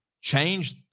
Change